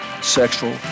sexual